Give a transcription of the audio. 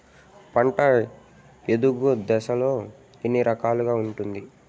పంట ఎదుగు దశలు ఎన్ని రకాలుగా ఉంటుంది?